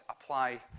apply